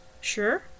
Sure